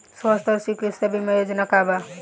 स्वस्थ और चिकित्सा बीमा योजना का बा?